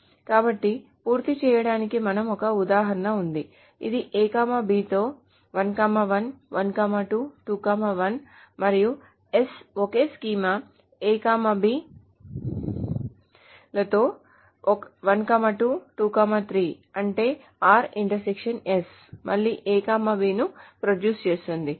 కాబట్టి పూర్తి చేయడానికి మనకు ఒక ఉదాహరణ ఉంది ఇది A B తో 1 1 1 2 2 1 మరియు s ఒకే స్కీమా A B తో 1 2 2 3 అంటే మళ్ళీ A B ను ప్రొడ్యూస్ చేస్తుంది